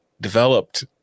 developed